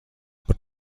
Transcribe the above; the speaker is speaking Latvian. par